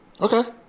Okay